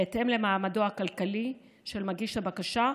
בהתאם למעמדו הכלכלי של מגיש הבקשה,